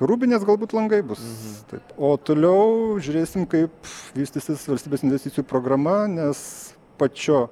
rūbinės galbūt langai bus taip o toliau žiūrėsim kaip vystysis valstybės investicijų programa nes pačio